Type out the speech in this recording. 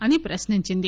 అని ప్రశ్నించింది